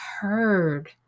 heard